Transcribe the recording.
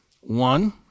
One